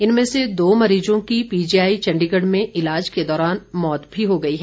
इनमें से दो मरीजों की पीजीआई चण्डीगढ़ में ईलाज के दौरान मौत भी हो गई है